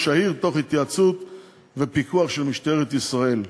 העיר תוך התייעצות ופיקוח של משטרת ישראל.